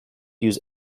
use